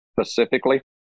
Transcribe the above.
specifically